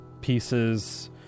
pieces